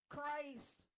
Christ